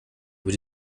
über